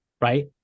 Right